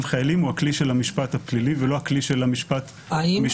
חיילים הוא הכלי של המשפט הפלילי ולא הכלי של המשפט המשמעתי.